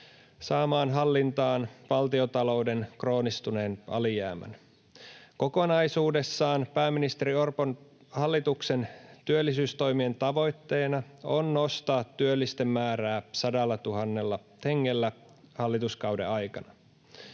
saamaan hallintaan valtiontalouden kroonistuneen alijäämän. Kokonaisuudessaan pääministeri Orpon hallituksen työllisyystoimien tavoitteena on nostaa työllisten määrää 100 000 hengellä hallituskauden aikana.